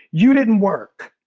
you didn't work.